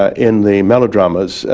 ah in the melodramas,